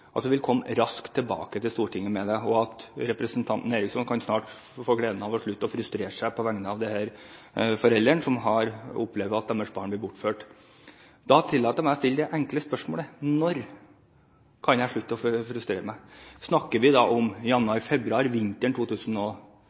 representanten Eriksson snart kan få gleden av å slutte å være frustrert på vegne av de foreldrene som har opplevd at deres barn blir bortført. Da tillater jeg meg å stille det enkle spørsmålet: Når kan jeg slutte å være frustrert? Snakker vi om januar, februar – vinteren